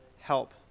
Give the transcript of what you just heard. help